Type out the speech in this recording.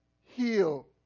heal